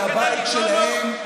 זה הבית שלהם.